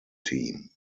team